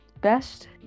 best